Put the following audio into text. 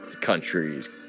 countries